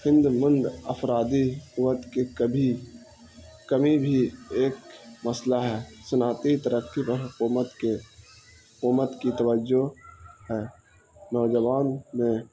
ہند مند افرادی قت کے کبھی کمی بھی ایک مسئلہ ہے صنعتی ترقی پر حکومت کےکومت کی توجہ ہے نوجوان میں